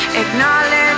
acknowledge